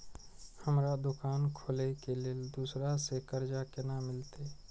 हमरा दुकान खोले के लेल दूसरा से कर्जा केना मिलते?